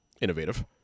innovative